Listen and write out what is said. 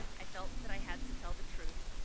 i felt that i had to tell the truth.